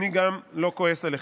אני גם לא כועס עליכם.